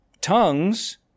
Tongues